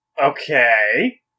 Okay